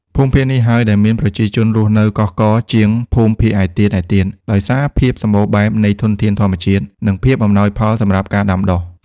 ភូមិភាគនេះហើយដែលមានប្រជាជនរស់នៅកុះករជាងភូមិភាគឯទៀតៗ ដោយសារភាពសម្បូរបែបនៃធនធានធម្មជាតិ និងភាពអំណោយផលសម្រាប់ការដាំដុះ។